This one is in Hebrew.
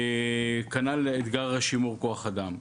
וכך גם לגבי אתגר שימור כוח אדם.